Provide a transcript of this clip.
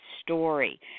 story